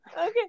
okay